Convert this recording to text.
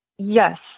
Yes